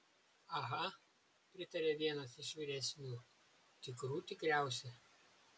aha pritarė vienas iš vyresnių tikrų tikriausia